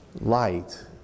light